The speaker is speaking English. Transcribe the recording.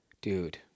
dude